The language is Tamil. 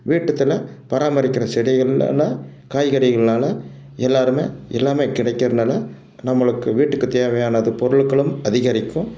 வீட்டுத்தில் பராமரிக்கிற செடிகள்லெல்லாம் காய்கறிகள்னால் எல்லாரும் எல்லாம் கிடைக்கிறனால நம்மளுக்கு வீட்டுக்கு தேவையானது பொருட்களும் அதிகரிக்கும்